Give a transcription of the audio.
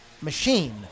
machine